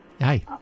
Hi